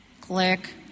click